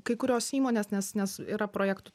kai kurios įmonės nes nes yra projektų